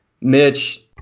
Mitch